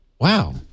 wow